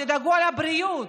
תדאגו לבריאות,